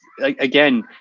again